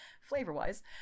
flavor-wise